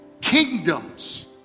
kingdoms